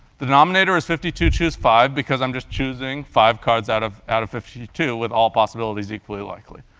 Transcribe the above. the denominator is fifty two choose five, because i'm just choosing five cards out of out of fifty two with all possibilities equally likely.